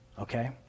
okay